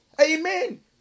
Amen